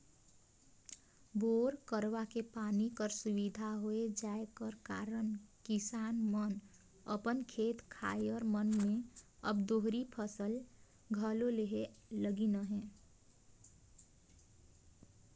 bore करवाए के पानी कर सुबिधा होए जाए कर कारन किसान मन अपन खेत खाएर मन मे अब दोहरी फसिल घलो लेहे लगिन अहे